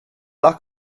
luck